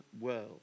world